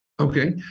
Okay